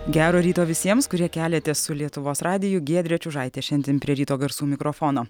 gero ryto visiems kurie keliatės su lietuvos radiju giedrė čiužaitė šiandien prie ryto garsų mikrofono